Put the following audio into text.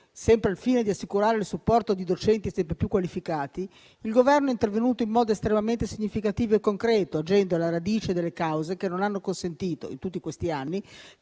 sempre al fine di assicurare il supporto di docenti sempre più qualificati, il Governo è intervenuto in modo estremamente significativo e concreto, agendo alla radice delle cause che non hanno consentito in tutti questi anni